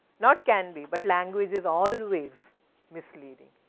not can be but, languages always misleading.